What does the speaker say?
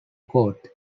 court